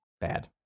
bad